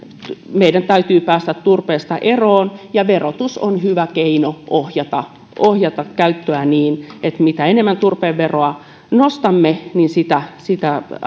meidän täytyy päästä turpeesta eroon verotus on hyvä keino ohjata ohjata käyttöä niin että mitä enemmän turpeen veroa nostamme sitä sitä